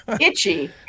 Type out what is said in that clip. Itchy